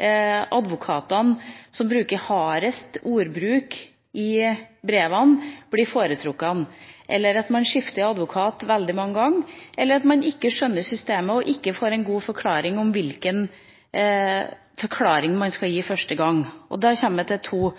advokatene med hardest ordbruk i brevene blir foretrukket. Eller man skifter advokat veldig mange ganger, man skjønner ikke systemet, eller man får ikke god informasjon om hvilken forklaring man skal gi første gang. Og da kommer jeg til to